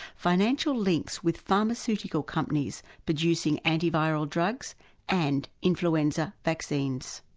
financial links with pharmaceutical companies producing antiviral drugs and influenza vaccines.